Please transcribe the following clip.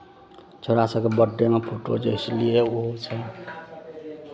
छौड़ा सभके बड्डेमे फोटो जे घिचलियै ओहो छै